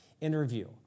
interview